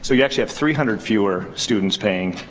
so you actually have three hundred fewer students paying.